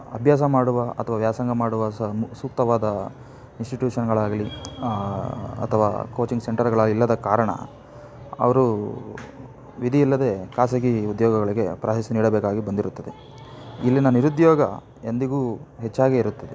ಅಭ್ಯಾಸ ಮಾಡುವ ಅಥವಾ ವ್ಯಾಸಂಗ ಮಾಡುವ ಸಮು ಸೂಕ್ತವಾದ ಇನ್ಸ್ಟಿಟ್ಯೂಷನ್ನುಗಳಾಗ್ಲಿ ಅಥವಾ ಕೋಚಿಂಗ್ ಸೆಂಟರ್ಗಳು ಇಲ್ಲದ ಕಾರಣ ಅವರು ವಿಧಿ ಇಲ್ಲದೇ ಖಾಸಗಿ ಉದ್ಯೋಗಗಳಿಗೆ ಪ್ರಾಶಸ್ತ್ಯ ನೀಡಬೇಕಾಗಿ ಬಂದಿರುತ್ತದೆ ಇಲ್ಲಿಯ ನಿರುದ್ಯೋಗ ಎಂದಿಗೂ ಹೆಚ್ಚಾಗೇ ಇರುತ್ತದೆ